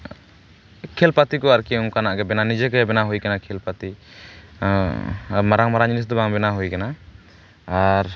ᱠᱷᱮᱞ ᱯᱟᱛᱤ ᱟᱨᱠᱤ ᱚᱱᱠᱟᱱᱟᱜ ᱜᱮ ᱵᱮᱱᱟᱣ ᱱᱤᱡᱮ ᱜᱮ ᱵᱮᱱᱟᱣ ᱦᱩᱭᱟᱠᱟᱱᱟ ᱠᱷᱮᱞᱯᱟᱛᱤ ᱦᱮᱸ ᱟᱨ ᱢᱟᱨᱟᱝ ᱢᱟᱨᱟᱝ ᱡᱤᱱᱤᱥ ᱫᱚ ᱵᱟᱝ ᱵᱮᱱᱟᱣ ᱦᱩᱭ ᱟᱠᱟᱱᱟ ᱟᱨ